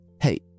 Hey